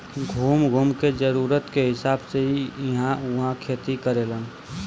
घूम घूम के जरूरत के हिसाब से इ इहां उहाँ खेती करेलन